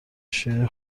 شیرینی